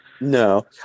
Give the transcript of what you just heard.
No